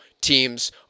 teams